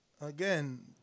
Again